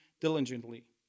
diligently